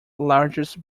largest